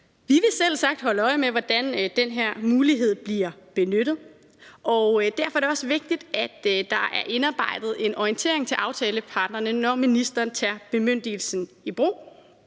Vi vil selvsagt holde øje med, hvordan den her mulighed bliver benyttet. Derfor er det også vigtigt, at der er indarbejdet en orientering til aftaleparterne, når ministeren tager bemyndigelsen i brug.